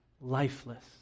lifeless